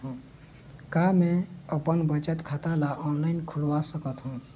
का मैं अपन बचत खाता ला ऑनलाइन खोलवा सकत ह?